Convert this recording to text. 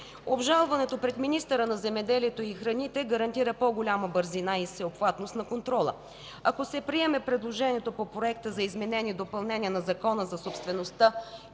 Обжалването пред министъра на земеделието и храните гарантира по-голяма бързина и всеобхватност на контрола. Ако се приеме предложението по Проекта за изменение и допълнение на Закона за собствеността